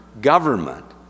government